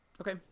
Okay